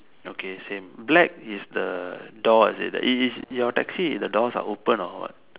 okay same black is the door is it is is your taxi the doors are open or what